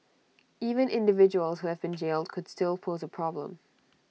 even individuals who have been jailed could still pose A problem